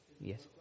Yes